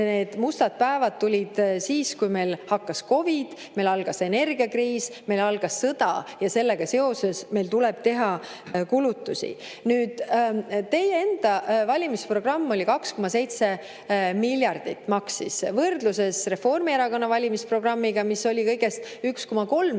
need mustad päevad tulid siis, kui meil hakkas COVID, meil algas energiakriis, meil algas sõda, ja sellega seoses meil tuleb teha kulutusi. Nüüd, teie enda valimisprogramm maksis 2,7 miljardit, võrdluses Reformierakonna valimisprogrammiga, mis oli kõigest 1,3 miljardit.